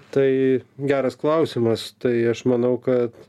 tai geras klausimas tai aš manau ka